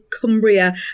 Cumbria